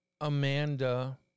Amanda